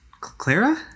Clara